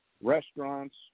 restaurants